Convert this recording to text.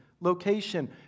location